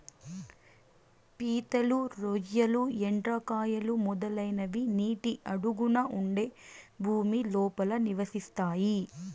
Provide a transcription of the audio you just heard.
పీతలు, రొయ్యలు, ఎండ్రకాయలు, మొదలైనవి నీటి అడుగున ఉండే భూమి లోపల నివసిస్తాయి